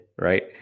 right